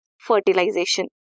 fertilization